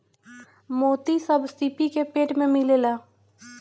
मोती सब सीपी के पेट में मिलेला